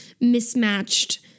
mismatched